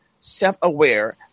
self-aware